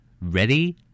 Ready